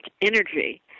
energy